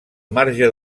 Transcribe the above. marge